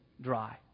dry